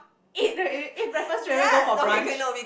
eat eat breakfast straight away go for brunch